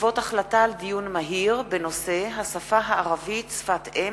בעקבות דיון מהיר בנושא: השפה הערבית שפת אם,